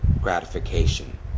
gratification